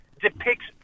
depicts